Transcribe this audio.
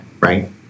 right